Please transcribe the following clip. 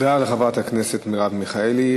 תודה לחברת הכנסת מרב מיכאלי.